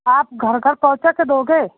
आप घर घर पहुँचा के दोगे